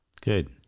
Good